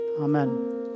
amen